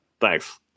thanks